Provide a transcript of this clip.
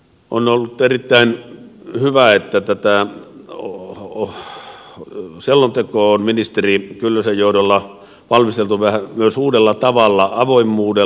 on ollut erittäin hyvä että tätä selontekoa on ministeri kyllösen johdolla valmisteltu myös uudella tavalla avoimuudella